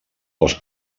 els